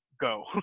Go